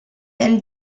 and